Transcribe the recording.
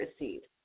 received